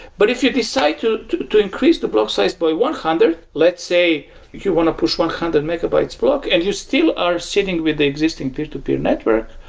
but if you decide to to increase the block size by one hundred, let's say you want to push one hundred megabytes block and you still are sitting with the existing peer-to-peer network,